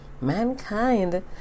mankind